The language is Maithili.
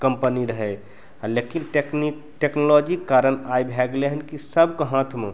कम्पनी रहै लेकिन टेकनी टेक्नोलॉजी कारण आइ भै गेलै हँ कि सभके हाथमे